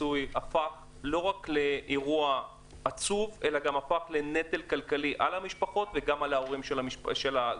הפכה לא רק לאירוע עצוב אלא גם לנטל כלכלי על המשפחות ועל הורי הזוגות.